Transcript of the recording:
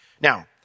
Now